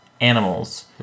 animals